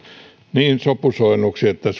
niin sopusoinnuksi että